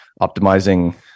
optimizing